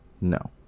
no